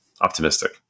optimistic